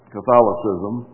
Catholicism